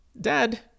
Dad